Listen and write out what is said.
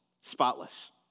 spotless